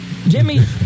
Jimmy